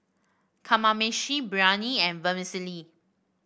Kamameshi Biryani and Vermicelli